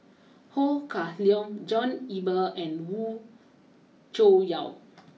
Ho Kah Leong John Eber and Cho Yaw